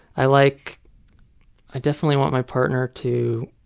i like ah definitely want my partner to